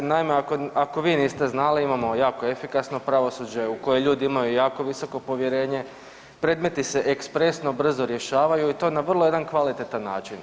Naime, ako vi niste znali imamo jako efikasno pravosuđe u koje ljudi imaju jako visoko povjerenje, predmeti se ekspresno brzo rješavaju i to na vrlo jedan kvalitetan način.